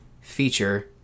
feature